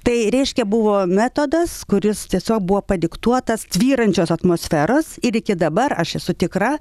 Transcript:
tai reiškia buvo metodas kuris tiesiog buvo padiktuotas tvyrančios atmosferos ir iki dabar aš esu tikra